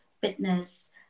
fitness